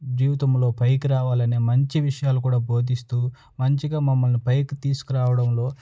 జీవితంలో పైకి రావాలనే మంచి విషయాలు కూడా బోధిస్తూ మంచిగా మమ్మల్ని పైకి తీసుకు రావడంలో